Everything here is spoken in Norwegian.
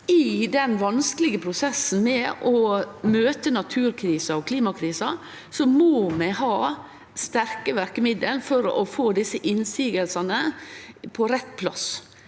i den vanskelege prosessen med å møte naturkrisa og klimakrisa må vi ha sterke verkemiddel for å få desse motsegnene på rett plass,